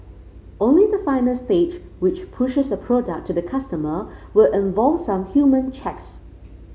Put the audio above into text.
only the final stage which pushes a product to the customer will involve some human checks